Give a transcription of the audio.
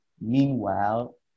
meanwhile